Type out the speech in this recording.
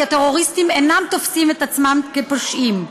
כי טרוריסטים אינם תופסים את עצמם כפושעים.